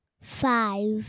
five